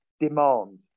demand